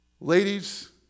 Ladies